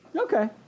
Okay